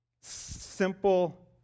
simple